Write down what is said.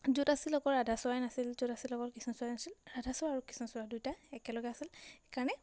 য'ত আছিল অকল ৰাধাচূড়াই নাছিল য'ত আছিল অকল কৃষ্ণচূড়াই নাছিল ৰাধাচূড়া আৰু কৃষ্ণচূড়া দুয়োটা একেলগে আছিল সেইকাৰণে